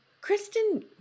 Kristen